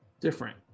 different